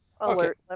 alert